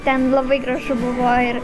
ten labai gražu buvo ir